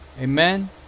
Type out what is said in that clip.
Amen